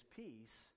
peace